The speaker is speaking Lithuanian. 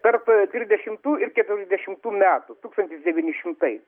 tarp trisdešimtų ir keturiasdešimtų metų tūkstantis devyni šimtai